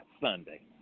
Sunday